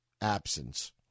absence